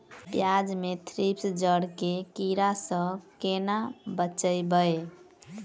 प्याज मे थ्रिप्स जड़ केँ कीड़ा सँ केना बचेबै?